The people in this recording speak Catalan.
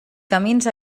camins